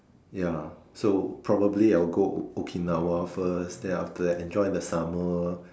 ya so probably I will go Okinawa first then after that enjoy the summer